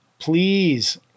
please